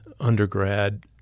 undergrad